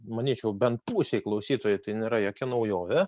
manyčiau bent pusei klausytojui tai nėra jokia naujovė